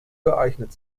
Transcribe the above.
geeignet